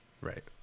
Right